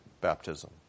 baptism